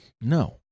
No